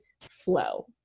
flow